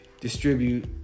distribute